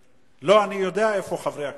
לא, אני יודע איפה חברי הכנסת.